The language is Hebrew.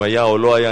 אם היה או לא היה,